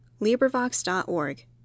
LibriVox.org